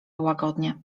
łagodnie